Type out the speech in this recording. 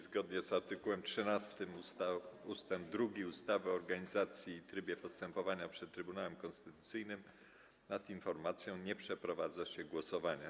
Zgodnie z art. 13 ust. 2 ustawy o organizacji i trybie postępowania przed Trybunałem Konstytucyjnym nad informacją nie przeprowadza się głosowania.